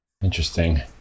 Interesting